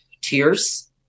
tears